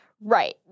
right